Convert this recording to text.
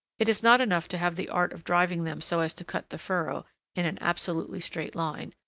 it is not enough to have the art of driving them so as to cut the furrow in an absolutely straight line,